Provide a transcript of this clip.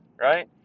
right